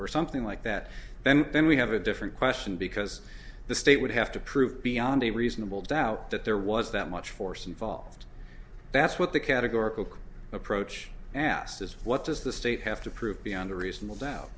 or something like that then then we have a different question because the state would have to prove beyond a reasonable doubt that there was that much force involved that's what the categorical approach asked is what does the state have to prove beyond a reasonable doubt